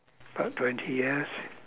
about twenty years